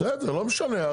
בסדר לא משנה,